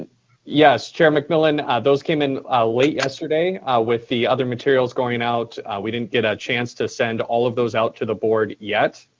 yes, chair mcmillan. those came in late yesterday with the other materials going out. we didn't get a chance to send all of those out to the board yet.